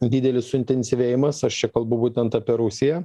didelis suintensyvėjimas aš čia kalbu būtent apie rusiją